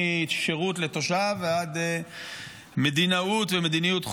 משירות לתושב ועד מדינאות ומדיניות חוץ.